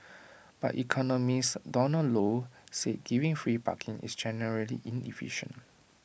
but economist Donald low said giving free parking is generally inefficient